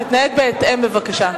תתנהג בהתאם בבקשה.